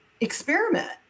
experiment